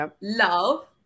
Love